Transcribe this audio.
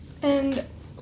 and